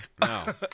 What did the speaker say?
No